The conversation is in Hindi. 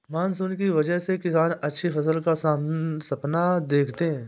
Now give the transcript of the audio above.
मानसून की वजह से किसान अच्छी फसल का सपना देखते हैं